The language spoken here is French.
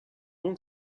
donc